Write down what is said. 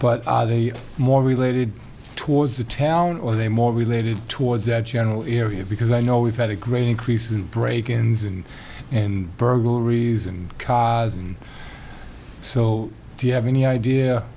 are they more related towards the town or are they more related towards that general area because i know we've had a great increase in break ins and and burglaries and cars and so do you have any idea